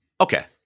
okay